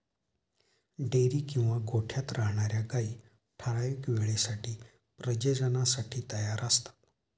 dairy किंवा गोठ्यात राहणार्या गायी ठराविक वेळी प्रजननासाठी तयार असतात